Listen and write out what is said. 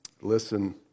Listen